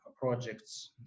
projects